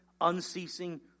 unceasing